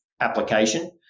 application